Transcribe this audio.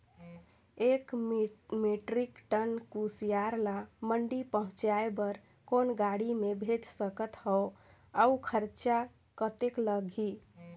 एक metric ton कुसियार ल मंडी पहुंचाय बर कौन गाड़ी मे भेज सकत हव अउ खरचा कतेक लगही?